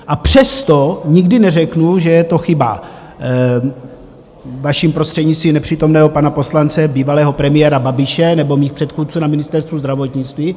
A přesto nikdy neřeknu, že je to chyba, vaším prostřednictvím, nepřítomného pana poslance, bývalého premiéra Babiše, nebo mých předchůdců na Ministerstvu zdravotnictví.